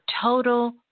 total